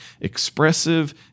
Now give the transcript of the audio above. expressive